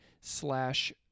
slash